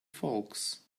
folks